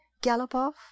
galopoff